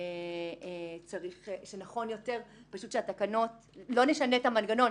שנכון יותר שלא נשנה את המנגנון,